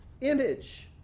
image